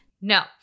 No